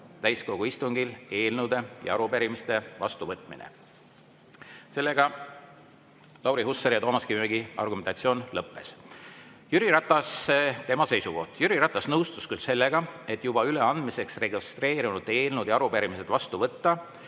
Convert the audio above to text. täiskogu istungil eelnõude ja arupärimiste vastuvõtmine. Sellega Lauri Hussari ja Toomas Kivimägi argumentatsioon lõppes. Jüri Ratas, tema seisukoht. Jüri Ratas nõustus küll sellega, et registreerunute eelnõud ja arupärimised vastu võtta,